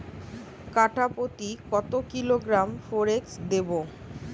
কাঠাপ্রতি কত কিলোগ্রাম ফরেক্স দেবো?